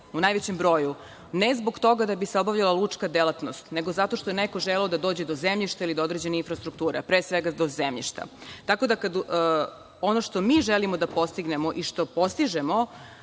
u najvećem broju, ne zbog toga da bi se obavljala lučka delatnost, neko zato što je neko želeo da dođe do zemljišta ili do određene infrastrukture, a pre svega do zemljišta. Tako da, ono što mi želimo da postignemo i što postižemo